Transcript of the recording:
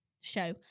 show